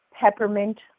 peppermint